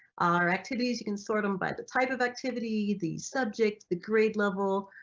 our activities you can sort them by the type of activity, the subject, the grade level,